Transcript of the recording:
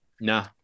nah